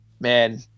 man